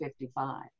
55